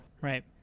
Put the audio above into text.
Right